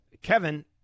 Kevin